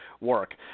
work